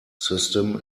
system